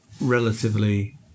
relatively